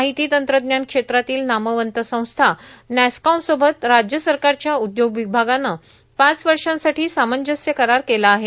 माहिती तंत्रज्ञान क्षेत्रातील नामवंत संस्था नॅसकॉमसोबत राज्य सरकारच्या उदयोग विभागाने पाच वर्षांसाठी सामंजस्य करार केला आहे